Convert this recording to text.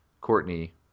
Courtney